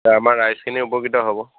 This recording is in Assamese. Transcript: আমাৰ ৰাইজখিনি উপকৃত হ'ব